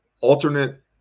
Alternate